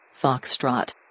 Foxtrot